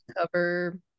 cover